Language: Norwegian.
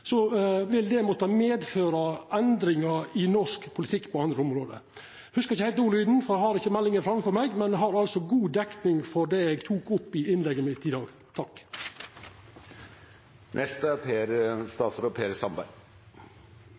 andre område. Eg hugsar ikkje heilt ordlyden, for eg har ikkje meldinga framfor meg, men eg har altså god dekning for det eg tok opp i innlegget mitt i dag.